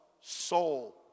Soul